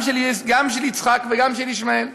גם של יצחק וגם של ישמעאל,